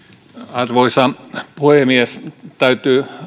arvoisa puhemies täytyy